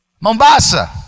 Mombasa